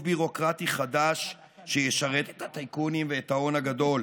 ביורוקרטי חדש שישרת את הטייקונים ואת ההון הגדול,